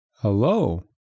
Hello